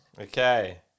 Okay